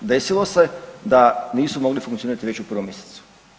Desilo se da nisu mogli funkcionirati već u 1. mjesecu.